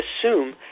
assume